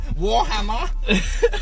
Warhammer